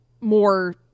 more